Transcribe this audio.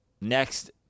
next